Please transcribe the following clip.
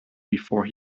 before